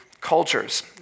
cultures